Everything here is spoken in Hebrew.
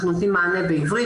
אנחנו נותנים מענה בעברית,